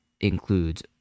includes